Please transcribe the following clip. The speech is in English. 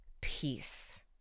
peace